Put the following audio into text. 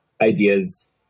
ideas